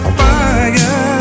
fire